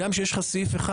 גם כשיש לך סעיף אחד,